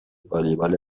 والیبال